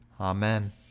Amen